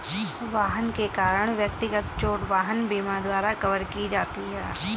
वाहन के कारण व्यक्तिगत चोट वाहन बीमा द्वारा कवर की जाती है